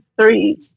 three